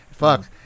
Fuck